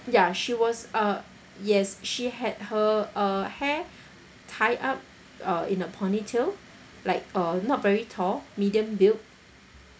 ya she was uh yes she had her uh hair tie up in a ponytail like uh not very tall medium build